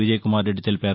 విజయ్కుమార్రెడ్డి తెలిపారు